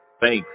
thanks